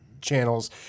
channels